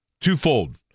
Twofold